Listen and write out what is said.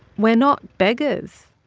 we're not beggars.